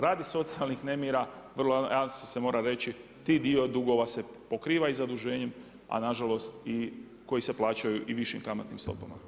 Radi socijalnih nemira, vrlo jasno se mora reći, ti dio dugova se pokriva zaduženjem, a nažalost, koji se plaćaju i višim kamatnim stopama.